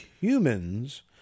humans